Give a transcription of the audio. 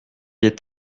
est